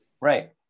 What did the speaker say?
right